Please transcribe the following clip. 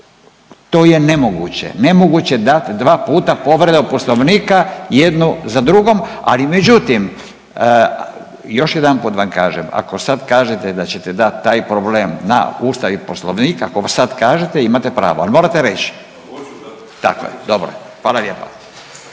to je nemoguće, nemoguće dati dva puta povredu Poslovnika jednu za drugom, ali međutim još jedanput vam kažem ako sad kažete da ćete dati taj problem na ustav i poslovnik, ako sad kažete imate pravo, ali morate reći. …/Upadica: Hoću dati./…